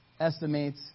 estimates